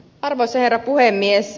arvoisa herra puhemies